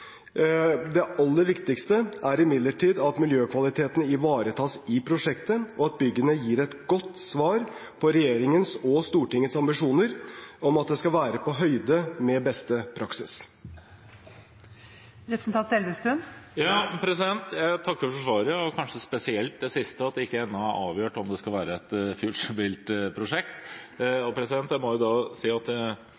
Det aller viktigste er imidlertid at miljøkvalitetene ivaretas i prosjektet, og at byggene gir et godt svar på regjeringens og Stortingets ambisjoner om at det skal være på høyde med beste praksis. Jeg takker for svaret – og kanskje spesielt for det siste: at det ennå ikke er avgjort om det skal være et